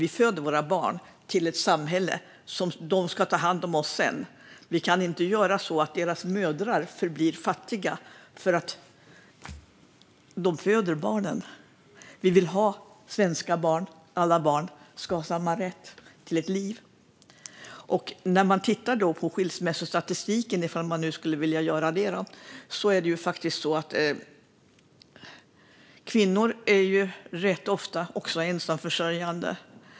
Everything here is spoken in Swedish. Våra barn ska födas till ett samhälle där de sedan ska ta hand om oss, och då kan inte deras mödrar förbli fattiga. Vi vill att alla svenska barn ska ha samma rätt till ett liv. Om vi tittar på skilsmässostatistiken ser vi att kvinnor ofta blir ensamförsörjande.